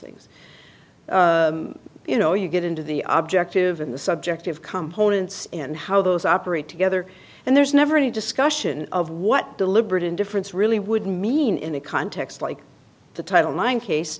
things you know you get into the objectivity the subjective components and how those operate together and there's never any discussion of what deliberate indifference really would mean in a context like the title my own case